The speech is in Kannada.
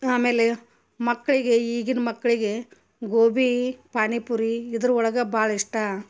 ಆಮೇಲೆ ಮಕ್ಕಳಿಗೆ ಈಗಿನ ಮಕ್ಕಳಿಗೆ ಗೋಬಿ ಪಾನಿಪುರಿ ಇದರ ಒಳ್ಗೆ ಭಾಳ ಇಷ್ಟ